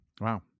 Wow